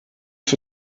für